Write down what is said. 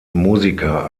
musiker